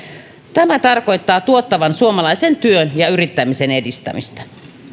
tämä tarkoittaa tuottavan suomalaisen työn ja yrittämisen edistämistä